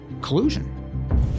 collusion